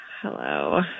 Hello